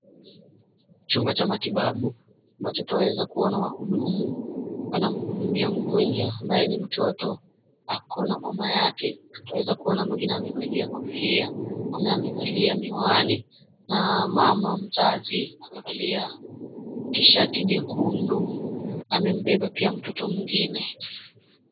Chumba cha matibabu, ambacho twaweza kuona wahudumu, wanamhudumia mgonjwa, ambaye ni mtoto ako na mama yake. Twaweza kuona mwingine amevalia kofia, na amevalia miwani na mama mzazi amevalia t-shirt jekundu, amembeba pia mtoto mwingine.